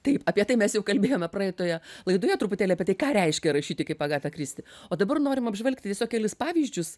taip apie tai mes jau kalbėjome praeitoje laidoje truputėlį apie tai ką reiškia rašyti kaip agatą kristi o dabar norim apžvelgti tiesiog kelis pavyzdžius